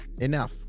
Enough